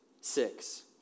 six